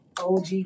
OG